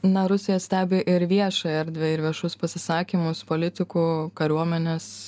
na rusija stebi ir viešą erdvę ir viešus pasisakymus politikų kariuomenės